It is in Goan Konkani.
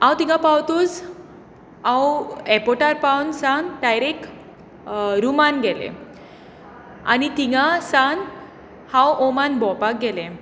हांव थंय पावतकच हांव ऍरपोटार पावन सावन डायरेक्ट रूमांत गेलें आनी थंय सावन हांव ओमान भोंवपाक गेलें